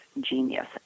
genius